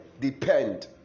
depend